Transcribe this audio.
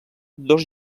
dos